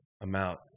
amount